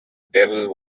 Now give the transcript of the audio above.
devil